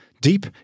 deep